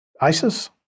ISIS